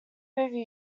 movie